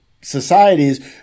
societies